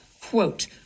quote